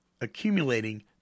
accumulating